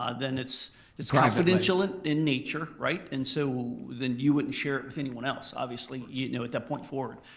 ah then it's it's confidential in nature, right? and so then you wouldn't share it with anyone else. obviously you know at that point forward.